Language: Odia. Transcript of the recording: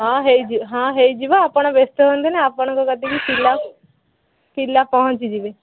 ହଁ ହୋଇଯିବ ହଁ ହୋଇଯିବ ଆପଣ ବ୍ୟସ୍ତ ହୁଅନ୍ତୁନି ଆପଣଙ୍କ କତିକି ପିଲା ପିଲା ପହଞ୍ଚିଯିବେ